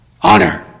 Honor